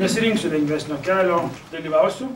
nesirinksiu lengvesnio kelio dalyvausiu